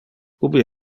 ubi